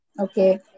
okay